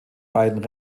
beiden